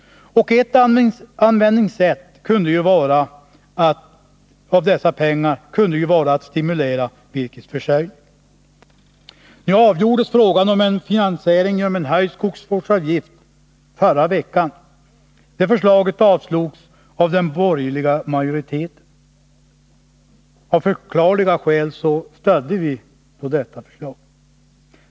Ett sätt att använda dessa pengar kunde vara att stimulera virkesförsörjningen. Nu avgjordes frågan om en finansiering genom en höjd skogsvårdsavgift förra veckan — förslaget avslogs av den borgerliga majoriteten. Av förklarliga skäl stödde vi förslaget.